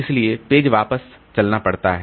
इसलिए पेज वापस चलना पड़ता है